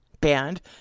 Band